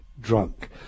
drunk